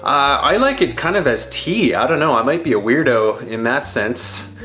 i like it kind of as tea. i don't know, i might be a weirdo in that sense.